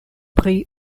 pri